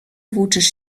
włóczysz